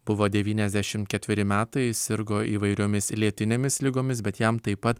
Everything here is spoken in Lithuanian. buvo devyniasdešimt ketveri metai sirgo įvairiomis lėtinėmis ligomis bet jam taip pat